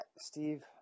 Steve